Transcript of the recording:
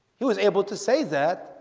he was able to say that